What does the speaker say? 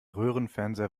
röhrenfernseher